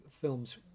films